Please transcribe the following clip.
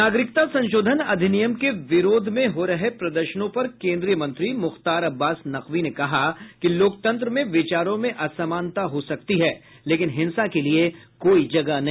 नागिरकता संशोधन अधिनियम के विरोध में हो रहे प्रदर्शनों पर केंद्रीय मंत्री मुख्तार अब्बास नकवी ने कहा कि लोकतंत्र में विचारों में असमानता हो सकती है लेकिन हिंसा के लिए कोई जगह नहीं